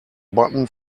button